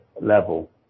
level